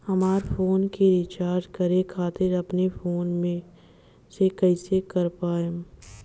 हमार फोन के रीचार्ज करे खातिर अपने फोन से कैसे कर पाएम?